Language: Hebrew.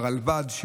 הרלב"ד,